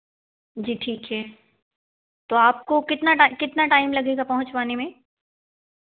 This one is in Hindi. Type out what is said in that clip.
जी ठीक है तो आपको कितना टाइम कितना टाइम लगेगा पहुँचवाने में